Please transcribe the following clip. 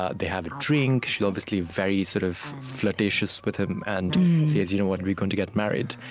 ah they have a drink. she's obviously very sort of flirtatious with him and says, you know what? we're going to get married.